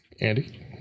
Andy